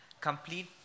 Complete